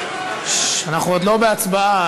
ששש, אנחנו עוד לא בהצבעה.